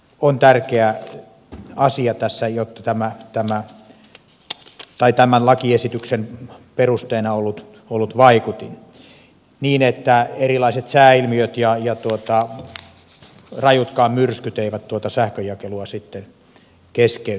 on tärkeä asia tässä jo tämä jakelusta ovat tämän lakiesityksen perusteena olleet vaikuttimet niin että erilaiset sääilmiöt ja rajutkaan myrskyt eivät tuota sähkönjakelua sitten keskeyttäisi